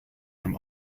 for